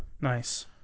Nice